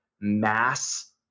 mass